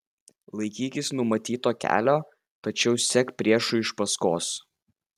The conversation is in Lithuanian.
laikykis numatyto kelio tačiau sek priešui iš paskos